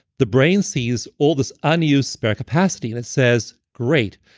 the brain sees all this unused spare capacity and it says, great.